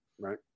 right